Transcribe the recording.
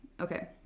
Okay